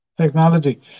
technology